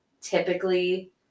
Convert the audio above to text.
typically